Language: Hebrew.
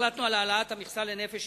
החלטנו להגדיל את המכסה לנפש,